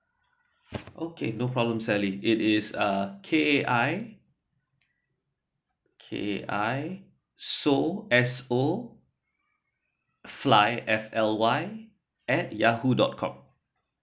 okay no problem sally it is uh K A I K A I so S O fly F L Y at yahoo dot com